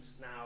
Now